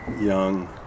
young